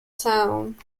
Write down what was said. town